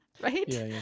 right